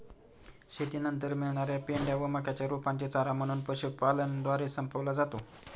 शेतीनंतर मिळणार्या पेंढ्या व मक्याच्या रोपांचे चारा म्हणून पशुपालनद्वारे संपवला जातो